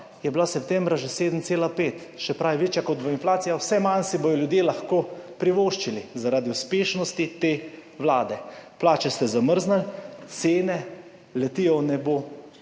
je bila septembra že 7,5, se pravi, večja kot bo inflacija, vse manj si bodo ljudje lahko privoščili – zaradi uspešnosti te vlade. Plače ste zamrznili, cene letijo v nebo,